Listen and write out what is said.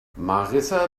marissa